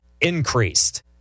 increased